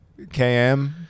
KM